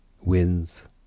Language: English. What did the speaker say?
Wins